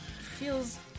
feels